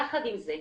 יחד עם זה,